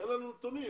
אין לנו נתונים.